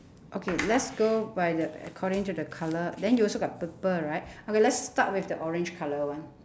okay let's go by the according to the colour then you also got purple right okay let's start with the orange colour one